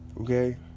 Okay